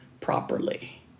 properly